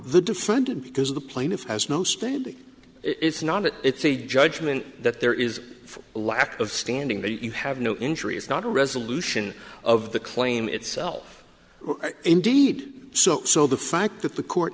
the defendant because the plaintiff has no standing it's not it it's a judgement that there is a lack of standing that you have no injury is not a resolution of the claim itself indeed so so the fact that the court